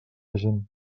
gent